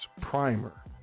primer